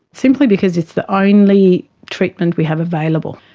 simply because it's the only treatment we have available.